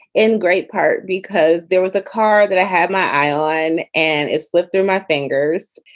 in great part because there was a car that i had my eye on and it slipped through my fingers.